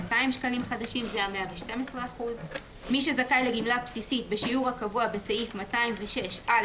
שקלים חדשים (3)מי שזכאי לגמלה בסיסית בשיעור הקבוע בסעיף 206א(ב)(3)